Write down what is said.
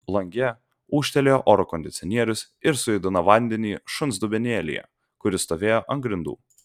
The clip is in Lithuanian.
lange ūžtelėjo oro kondicionierius ir sujudino vandenį šuns dubenėlyje kuris stovėjo ant grindų